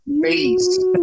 face